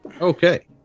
Okay